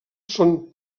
són